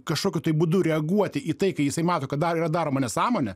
kažkokiu būdu reaguoti į tai kai jisai mato kad dar yra daroma nesąmonė